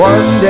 One